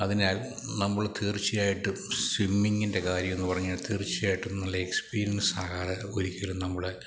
അതിനാൽ നമ്മൾ തീർച്ചയായിട്ടും സ്വിമ്മിങ്ങിൻ്റെ കാര്യമെന്നു പറഞ്ഞാല് തീർച്ചയായിട്ടും നല്ല എക്സ്പീരിയൻസാകാതെ ഒരിക്കലും നമ്മള്